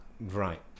Right